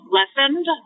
lessened